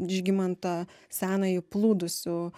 žygimantą senąjį plūdusių